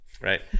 right